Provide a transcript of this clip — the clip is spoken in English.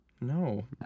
No